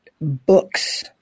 books